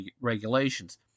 regulations